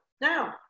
Now